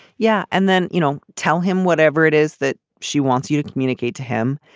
yeah. and then you know tell him whatever it is that she wants you to communicate to him.